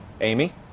Amy